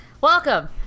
Welcome